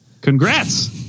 congrats